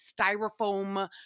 styrofoam